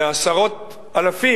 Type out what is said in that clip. לעשרות אלפי